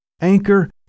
Anchor